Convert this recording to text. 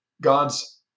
God's